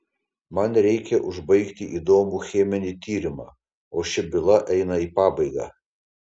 man reikia užbaigti įdomų cheminį tyrimą o ši byla eina į pabaigą